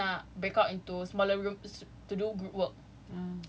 lepas tu orang tu nak breakout into smaller groups to do group work